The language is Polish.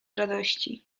radości